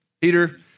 Peter